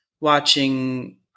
watching